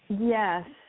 Yes